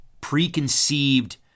preconceived